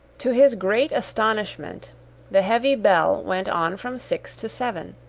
to his great astonishment the heavy bell went on from six to seven,